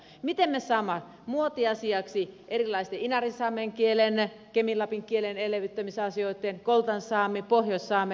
miten me saamme muotiasiaksi inarinsaamen kielen kemin lapin kielen elvyttämisasiat koltansaamen pohjoissaamen